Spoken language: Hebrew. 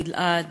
גיל-עד,